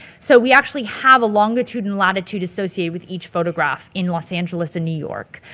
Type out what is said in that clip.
so we actually have a longitude and latitude associated with each photograph in los angeles and new york.